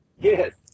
Yes